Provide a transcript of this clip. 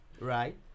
Right